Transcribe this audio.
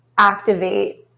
activate